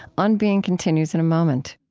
on being continues in a moment